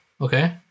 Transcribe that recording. Okay